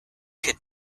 could